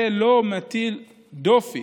זה לא מטיל דופי